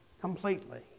completely